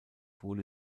wurde